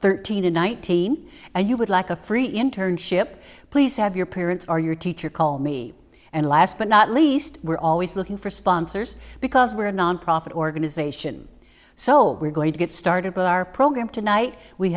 thirteen to nineteen and you would like a free internship please have your parents or your teacher call me and last but not least we're always looking for sponsors because we're a nonprofit organization so we're going to get started with our program tonight we